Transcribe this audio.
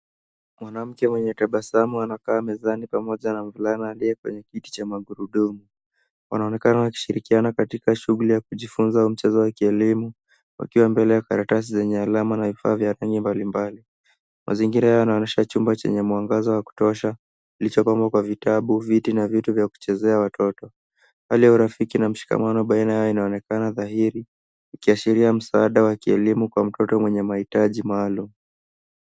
Mwanamke mwenye tabasamu anakaa mezani pamoja na mvulana aliye kwenye kiti cha magurudumu. Wanaonekana wakishirikiana katika shughuli ya kujifunza au mchezo wa kielimu, wakiwa mbele ya karatasi zenye alama na vifaa vya aina mbalimbali. Mazingira yanaonyesha chumba chenye mwangaza wa kutosha, kilichomo kwa vitabu, viti, na vitu vya kuchezea watoto. Hali ya urafiki na mshikamano baina yao inaonekana dhahiri ikiashiria msaada wa kielimu kwa mtoto mwenye mahitaji maalum.